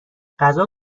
غذا